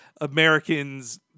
Americans